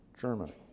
Germany